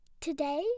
Today